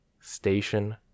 station